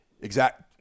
exact